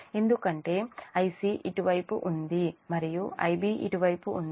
ఎందుకంటే Ic ఇటువైపు ఉంది మరియు Ib ఇటువైపు ఉంది